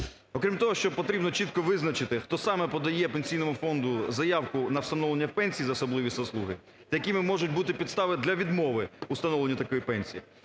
Окрім того, що потрібно чітко визначити, хто саме подає Пенсійному фонду заявку на встановлення пенсій за особливі заслуги та які можуть бути підстави для відмови у встановленні такої пенсії.